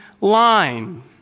line